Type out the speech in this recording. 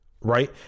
Right